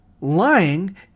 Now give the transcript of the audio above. lying